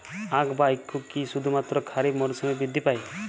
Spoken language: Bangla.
আখ বা ইক্ষু কি শুধুমাত্র খারিফ মরসুমেই বৃদ্ধি পায়?